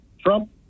Trump